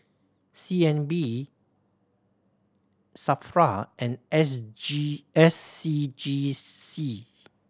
C N B SAFRA and S G S C G C